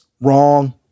wrong